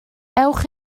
ewch